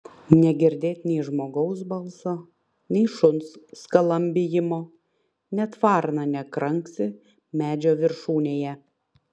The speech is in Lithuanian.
negirdėt nei žmogaus balso nei šuns skalambijimo net varna nekranksi medžio viršūnėje